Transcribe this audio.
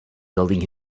building